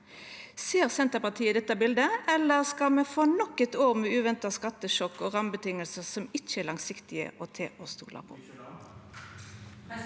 Ser Senterpartiet dette bildet, eller skal me få nok eit år med uventa skattesjokk og rammevilkår som ikkje er langsiktige eller til å stola på?